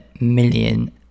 million